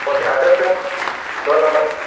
okay address door number